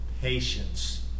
patience